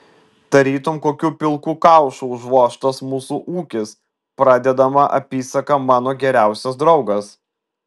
tarytum kokiu pilku kaušu užvožtas mūsų ūkis pradedama apysaka mano geriausias draugas